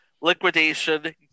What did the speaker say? liquidation